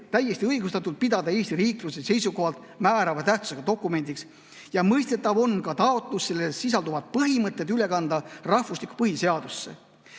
täiesti õigustatult pidada Eesti riikluse seisukohalt määrava tähtsusega dokumendiks ja mõistetav on ka taotlus selles sisalduvad põhimõtted üle kanda rahvuslikku põhiseadusse,